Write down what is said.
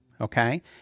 okay